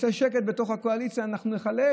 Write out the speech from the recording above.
עושה שקט בתוך הקואליציה: אנחנו נחלק